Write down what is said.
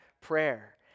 prayer